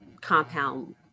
compound